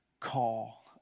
call